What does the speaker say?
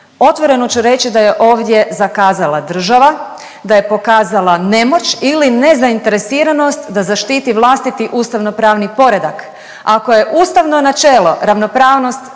Otvoreno ću reći da je ovdje zakazala država, da je pokazala nemoć ili nezainteresiranost da zaštiti vlastiti ustavnopravni poredak. Ako je ustavno načelo ravnopravnost